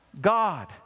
God